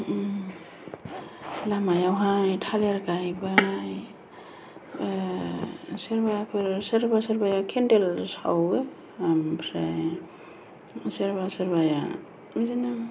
लामायावहाय थालिर गायबाय सोरबाफोर सोरबा सोरबाया केन्देल सावो ओमफ्राय सोरबा सोरबाया बिदिनो